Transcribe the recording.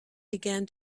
began